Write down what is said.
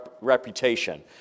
reputation